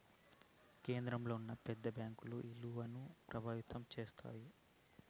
కేంద్రంలో ఉన్న పెద్ద బ్యాంకుల ఇలువను ప్రభావితం చేస్తాయి